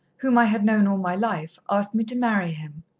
whom i had known all my life, asked me to marry him.